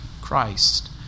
Christ